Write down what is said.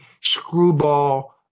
screwball